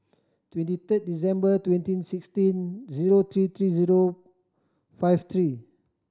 twenty third December twenty sixteen zero three three zero five three